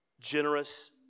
generous